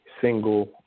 single